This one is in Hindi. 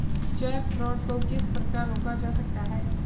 चेक फ्रॉड को किस प्रकार रोका जा सकता है?